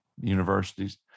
universities